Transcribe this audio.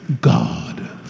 God